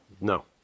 no